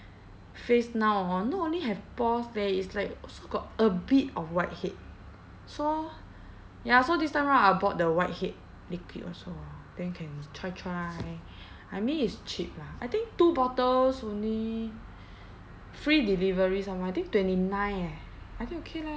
face now hor not only have pores leh it's like also got a bit of whitehead so ya so this time round I bought the whitehead liquid also then can try try I mean it's cheap lah I think two bottles only free delivery some more I think twenty nine eh I think okay leh